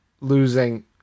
losing